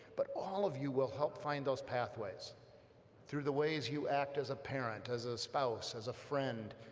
but all of you will help find those pathways through the ways you act as a parent, as a spouse, as a friend,